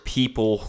people